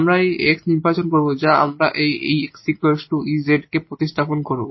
আমরা এই x নির্বাচন করবো যা আমরা এই 𝑥 𝑒 𝑧 কে প্রতিস্থাপন করব